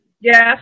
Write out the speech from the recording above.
Yes